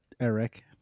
Eric